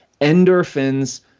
endorphins